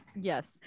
Yes